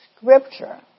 scripture